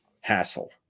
hassle